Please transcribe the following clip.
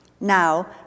Now